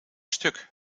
stuk